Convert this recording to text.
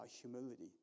humility